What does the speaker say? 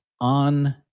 on